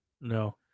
No